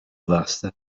vasta